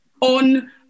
on